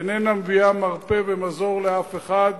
איננה מביאה מרפא ומזור לאף אחד,